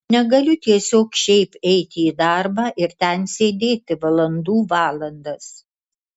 negaliu tiesiog šiaip eiti į darbą ir ten sėdėti valandų valandas